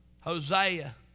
Hosea